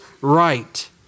right